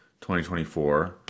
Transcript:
2024